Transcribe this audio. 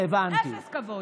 אפס כבוד.